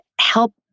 help